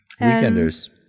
weekenders